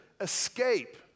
escape